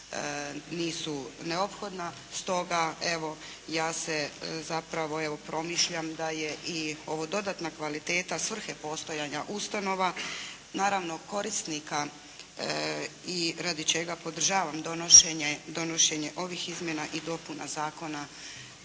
nisu neophodna. Stoga evo ja se zapravo evo promišljam da je i ovo dodatna kvaliteta svrhe postojanja ustanova naravno korisnika i radi podržavam donošenje ovih izmjena i dopuna zakona